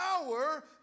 power